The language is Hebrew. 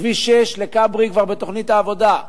כביש 6 לכברי כבר בתוכנית העבודה,